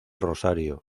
rosario